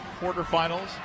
quarterfinals